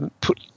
put